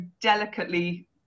delicately